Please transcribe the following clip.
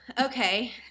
okay